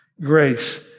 Grace